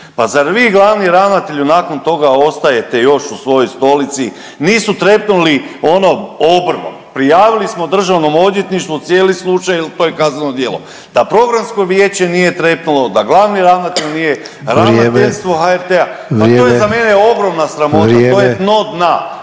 Pa zar vi glavni ravnatelju nakon toga ostajete još u svojoj stolici? Nisu trepnuli ono obrvom. Prijavili smo DORH-u cijeli slučaj jel to je kazneno djelo, da Programsko vijeće nije trepnulo, da glavni ravnatelj nije …/Upadica Sanader: Vrijeme./… ravnateljstvo